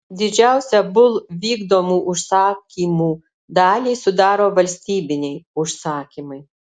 didžiausią bull vykdomų užsakymų dalį sudaro valstybiniai užsakymai